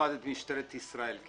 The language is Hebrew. במיוחד את משטרת ישראל.